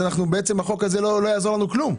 החוק לא יעזור לנו במאומה.